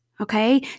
Okay